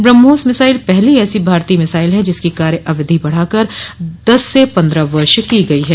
BrahMos missile पहली ऐसी भारतीय मिसाइल है जिसकी कार्य अवधि बढ़ाकर दस से पंद्रह वर्ष की गई है